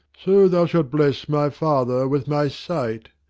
so thou shalt bless my father with my sight.